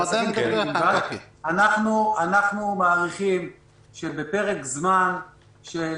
אנחנו מעריכים שבפרק זמן של